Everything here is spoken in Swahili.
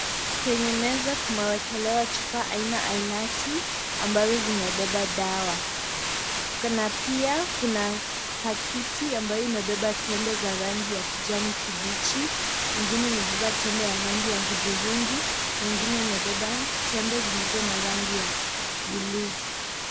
Kwenye meza kumawekelewa chupa aina ainati, ambazo zimebeba dawa. Na pia kuna pakiti ambayo imebeba tembe za rangi ya kijani kibichi. Ingine imebeba tembe ya rangi ya hudhurungi. Na ingine imebeba tembe zilizo na rangi ya bluu.